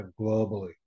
globally